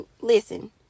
listen